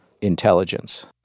intelligence